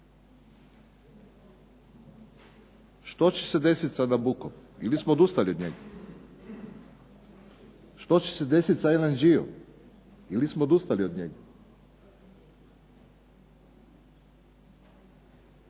Što će se desiti sa Nabuccom ili smo odustali od njega? Što će se desiti sa LNG-om ili smo odustali od njega?